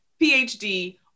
PhD